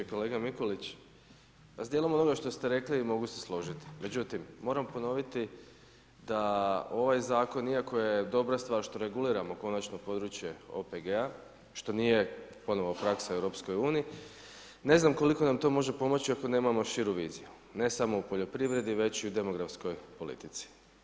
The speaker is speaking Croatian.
Kolega Mikulić pa s dijelom onoga što ste rekli mogu se složiti, međutim moram ponoviti da ovaj zakon iako je dobra stvar što reguliramo konačno područje OPG-a, što nije ponovo praksa u EU ne znam koliko nam to može pomoći ako nemamo širu viziju ne samo u poljoprivredi već i u demografskoj politici.